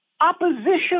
opposition